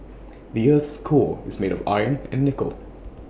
the Earth's core is made of iron and nickel